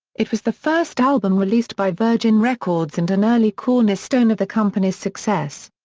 it was the first album released by virgin records and an early cornerstone of the company's success.